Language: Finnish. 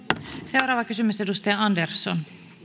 seuraava kysymys edustaja andersson